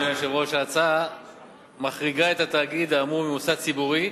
אדוני היושב-ראש: ההצעה מחריגה את התאגיד האמור מ"מוסד ציבורי",